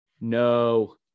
no